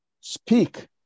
speak